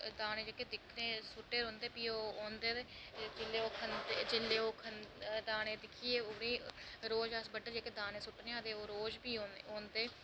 दाने जेह्के बिक्खरे सु'ट्टे रौंह्दे भी ओह् औंदे ते जेल्लै ओह् खंदे दाने दिक्खियै ओह् भी रोज अस बड्डलै दाने सु'ट्टनें आं ते रोज भी औंदे